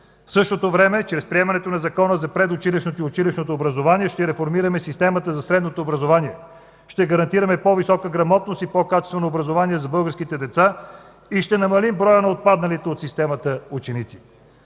В същото време чрез приемането на Закона за предучилищното и училищното образование ще реформираме системата за средното образование. Ще гарантираме по-висока грамотност и по-качествено образование за българските деца и ще намалим броя на отпадналите от системата ученици.